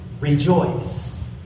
rejoice